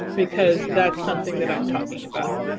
because that's something that i'm talking about.